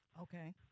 Okay